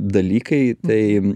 dalykai tai